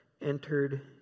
entered